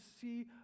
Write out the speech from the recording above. see